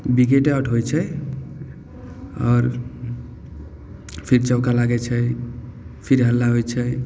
बिकेटे out होइ छै आओर फिर चौका लागै छै फिर हल्ला होइ छै